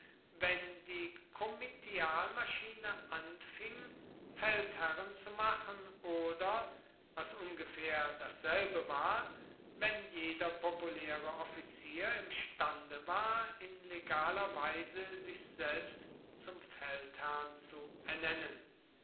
wenn die komitialmaschine anfing feldherren zu machen oder was ungefähr dasselbe war wenn jeder populäre offizier imstande war in legaler weise sich selbst zum feldherrn zu ernennen